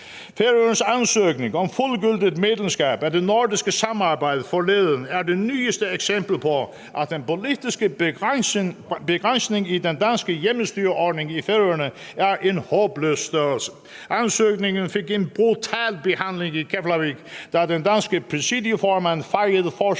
Færøernes ansøgning om fuldgyldigt medlemskab af det nordiske samarbejde forleden er det nyeste eksempel på, at den politiske begrænsning i den danske hjemmestyreordning i Færøerne er en håbløs størrelse. Ansøgningen fik en brutal behandling i Keflavík, da den danske præsidieformand fejede forslaget